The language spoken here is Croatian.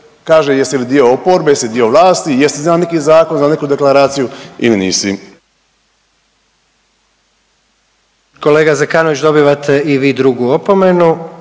kaže jesi li dio oporbe, jesi dio vlasti, jesi za neki zakon za neku deklaraciju ili nisi. **Jandroković, Gordan (HDZ)** Kolega Zekanović dobivate i vi drugu opomenu.